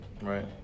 Right